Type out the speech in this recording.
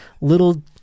little